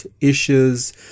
issues